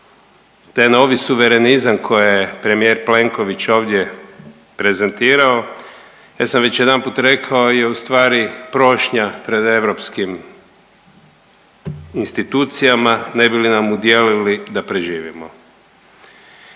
Taj novi suverenizam koji je premijer Plenković ovdje prezentirao ja sam već jedanput rekao je ustvari prošnja pred europskim institucijama ne bi li nam udijelili da preživimo.